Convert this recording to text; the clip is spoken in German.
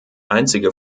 einzige